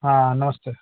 हाँ नमस्ते